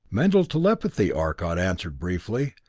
mental telepathy, arcot answered briefly.